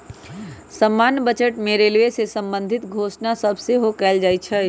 समान्य बजटे में रेलवे से संबंधित घोषणा सभ सेहो कएल जाइ छइ